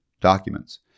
documents